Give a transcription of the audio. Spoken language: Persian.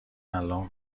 الان